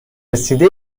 رسیده